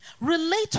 Relate